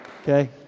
Okay